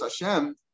Hashem